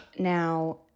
Now